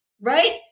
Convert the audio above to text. Right